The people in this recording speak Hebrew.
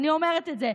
אני אומרת את זה.